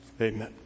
Amen